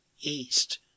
east